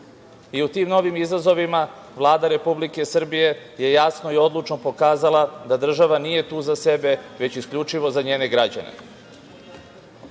I u tim novim izazovima Vlada Republike Srbije je jasno i odlučno pokazala da država nije tu za sebe, već isključivo za njene građane. Tu